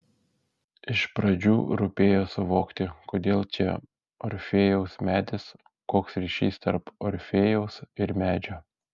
iš pradžių rūpėjo suvokti kodėl čia orfėjaus medis koks ryšys tarp orfėjaus ir medžio